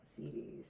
CDs